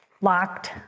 locked